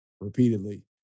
repeatedly